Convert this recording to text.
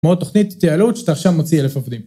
כמו התוכנית התייעלות שאתה עכשיו מציע, אלף עובדים.